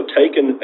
taken